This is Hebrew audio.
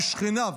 משכניו,